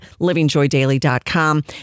livingjoydaily.com